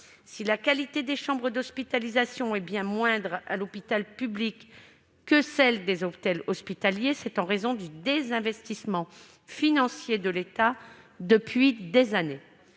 Si la qualité des chambres d'hospitalisation est bien moindre à l'hôpital public que dans les hôtels hospitaliers, c'est en raison du désinvestissement financier de l'État depuis de